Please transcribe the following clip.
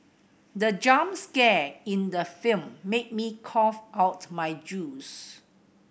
the jump scare in the film made me cough out my juice